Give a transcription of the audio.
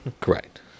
Correct